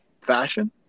fashion